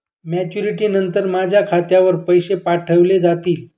Maturity नंतर माझ्या खात्यावर पैसे पाठविले जातील?